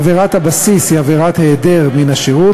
עבירת הבסיס היא עבירת "היעדר מן השירות",